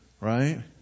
right